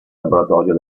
laboratorio